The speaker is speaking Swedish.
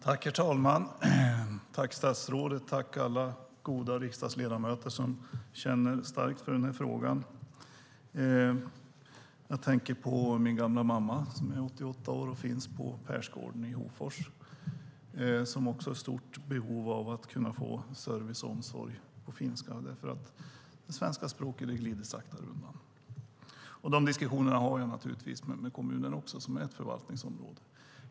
Herr talman! Tack, statsrådet och alla goda riksdagsledamöter som känner starkt för den här frågan! Jag tänker på min gamla mamma, som är 88 år och finns på Persgården i Hofors. Hon har också stort behov av att få service och omsorg på finska, eftersom det svenska språket sakta glider undan. De diskussionerna har jag naturligtvis med kommunen, som är förvaltningsområde.